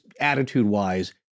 attitude-wise